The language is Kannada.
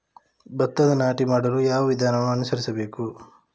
ಭತ್ತದ ನಾಟಿ ಮಾಡಲು ಯಾವ ವಿಧಾನವನ್ನು ಅನುಸರಿಸಬೇಕು?